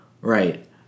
Right